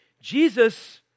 Jesus